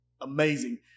amazing